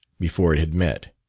before it had met.